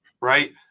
Right